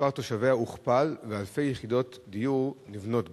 שמספר תושביה הוכפל ואלפי יחידות דיור נבנות בה.